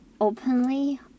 openly